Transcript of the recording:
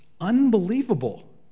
unbelievable